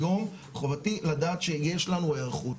היום חובתי לדעת שיש לנו היערכות.